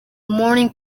morning